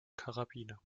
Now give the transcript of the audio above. karabiner